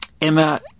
Emma